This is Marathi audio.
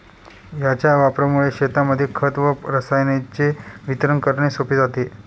याच्या वापरामुळे शेतांमध्ये खत व रसायनांचे वितरण करणे सोपे जाते